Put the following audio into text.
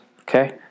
Okay